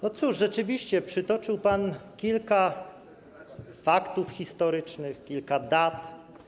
No cóż, rzeczywiście, przytoczył pan kilka faktów historycznych, kilka dat.